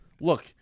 Look